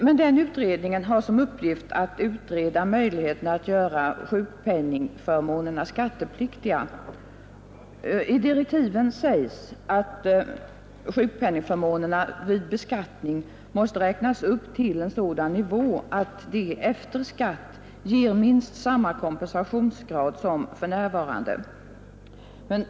Men denna utredning har som uppgift att utreda möjligheterna att göra sjukpenningförmånerna skattepliktiga. I direktiven sägs att sjukpenningförmånerna vid beskattning måste räknas upp till en sådan nivå att de efter skatt ger minst samma kompensationsgrad som för närvarande.